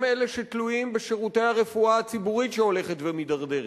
הם אלה שתלויים בשירותי הרפואה הציבורית שהולכת ומידרדרת.